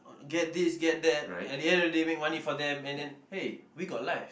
get this get that at the end of the day make money for them and then hey we got life